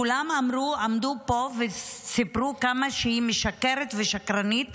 כולם עמדו פה וסיפרו כמה היא משקרת ושקרנית,